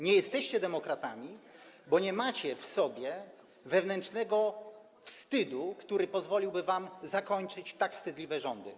Nie jesteście demokratami, bo nie macie w sobie wewnętrznego wstydu, który pozwoliłby wam zakończyć tak wstydliwe rządy.